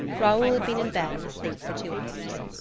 raoul had been in bed and asleep for two hours.